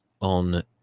on